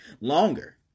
longer